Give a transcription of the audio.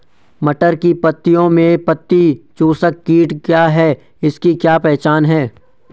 मटर की पत्तियों में पत्ती चूसक कीट क्या है इसकी क्या पहचान है?